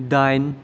दाइन